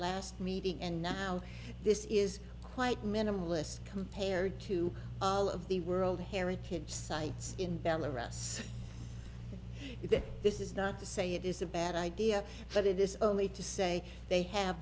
last meeting and now this is quite minimalist compared to all of the world heritage sites in belarus this is not to say it is a bad idea but it is only to say they have